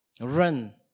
Run